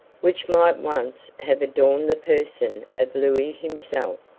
which might once have adorned the person of louis himself.